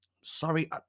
sorry